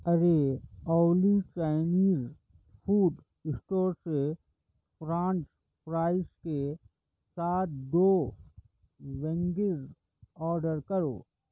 ارے اولی Chinese food store سے French fries کے ساتھ دو وینگز آڈر کرو